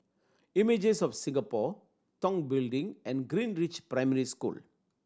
Images of Singapore Tong Building and Greenridge Primary School